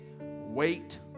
wait